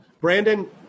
brandon